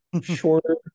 Shorter